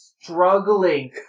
struggling